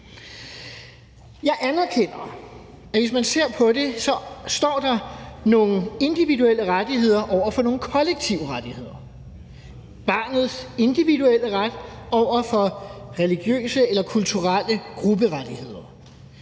Jeg anerkender, at når man ser på det, står der nogle individuelle rettigheder over for nogle kollektive rettigheder – barnets individuelle ret over for religiøse eller kulturelle grupperettigheder.